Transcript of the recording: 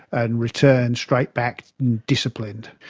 and return straight-backed disciplined.